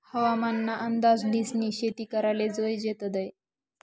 हवामान ना अंदाज ल्हिसनी शेती कराले जोयजे तदय